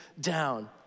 down